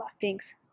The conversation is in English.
Thanks